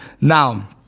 Now